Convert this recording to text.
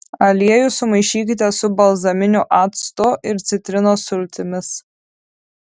aliejų sumaišykite su balzaminiu actu ir citrinos sultimis